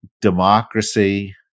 democracy